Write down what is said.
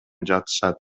жатышат